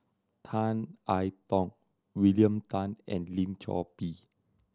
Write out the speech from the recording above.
Tan I Tong William Tan and Lim Chor Pee